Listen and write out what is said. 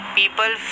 people